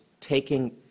taking